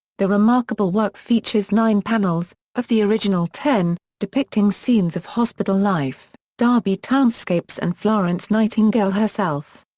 the remarkable work features nine panels, of the original ten, depicting scenes of hospital life, derby townscapes and florence nightingale herself.